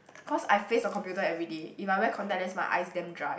cause I face the computer every day if I wear contact lens my eyes damn dry